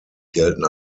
gelten